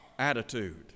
Attitude